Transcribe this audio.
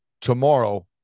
Tomorrow